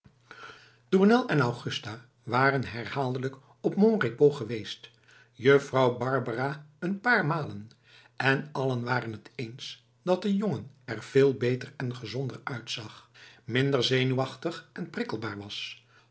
tournel en augusta waren herhaaldelijk op mon repos geweest juffrouw barbara een paar malen en allen waren het eens dat de jongen er veel beter en gezonder uitzag minder zenuwachtig en prikkelbaar was